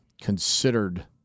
Considered